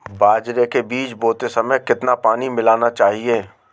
बाजरे के बीज बोते समय कितना पानी मिलाना चाहिए?